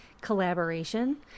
collaboration